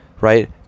right